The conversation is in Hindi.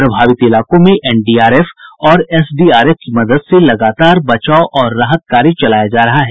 प्रभावित इलाकों में एनडीआरएफ और एसडीआरएफ की मदद से लगातार बचाव और राहत कार्य चलाया जा रहा है